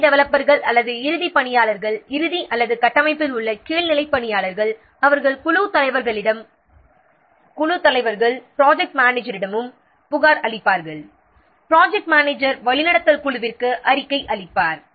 இறுதி டெவலப்பர்கள் அல்லது இறுதி பணியாளர்கள் இறுதி அல்லது கட்டமைப்பில் உள்ள கீழ்நிலை பணியாளர்கள் அவர்கள் குழுத் தலைவர்களிடமும் குழுத் தலைவர்கள் ப்ராஜெக்ட் மேனேஜரிடமும் புகார் அளிப்பார்கள் ப்ராஜெக்ட் மேனேஜர் வழிநடத்தல் குழுவிற்கு அறிக்கை அளிப்பார்